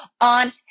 on